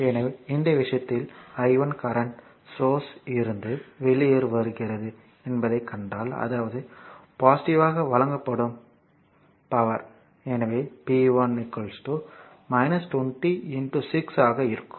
எனவே இந்த விஷயத்தில் I 1 கரண்ட் சோர்ஸ் ல் இருந்து வெளிவருகிறது என்பதைக் கண்டால் அதாவது பாசிட்டிவ்வாக வழங்கப்படும் பவர் எனவே p 1 20 6 ஆக இருக்கும்